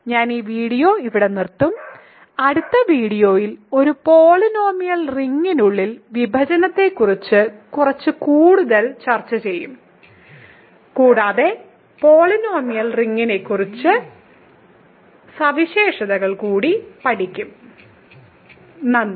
ഞാൻ ഈ വീഡിയോ ഇവിടെ നിർത്തും അടുത്ത വീഡിയോയിൽ ഒരു പോളിനോമിയൽ റിംഗിനുള്ളിലെ വിഭജനത്തെക്കുറിച്ച് കുറച്ചുകൂടി ചർച്ചചെയ്യും കൂടാതെ പോളിനോമിയൽ റിങ്ങിന്റെ കുറച്ച് സവിശേഷതകൾ കൂടി പഠിക്കും നന്ദി